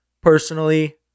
personally